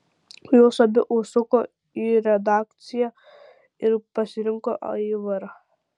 jos abi užsuko į redakciją ir pasirinko aivarą